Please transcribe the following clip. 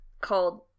called